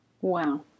Wow